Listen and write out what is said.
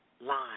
line